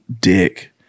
dick